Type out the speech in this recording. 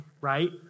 right